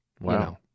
wow